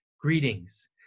Greetings